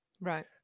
Right